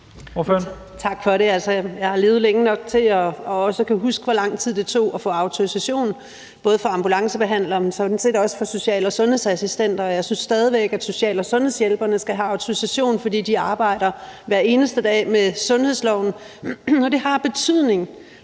Tak for det. Jeg har levet længe nok til også at kunne huske, hvor lang tid det tog at få autorisation for ambulancebehandlere, man sådan set også for social- og sundhedsassistenter, og jeg synes stadig væk, at social- og sundhedshjælperne skal have autorisation. For de arbejder hver eneste dag med sundhedsloven, og det har betydning,